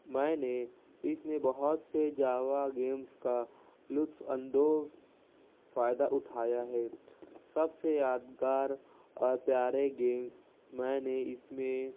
میں نے اس میں بہت سے جاوا گیمس کا لطف اندوز فائدہ اٹھایا ہے سب سے یادگار اور پیارے گیمز میں نے اس میں